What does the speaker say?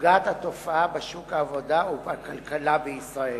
פוגעת התופעה בשוק העבודה ובכלכלה בישראל.